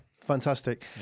fantastic